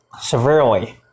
Severely